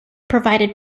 provided